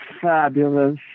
fabulous